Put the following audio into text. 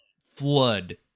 flood